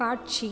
காட்சி